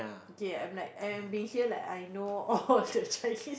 K I'm like I am been here like I know all the checklist